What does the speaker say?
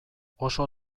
oso